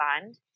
fund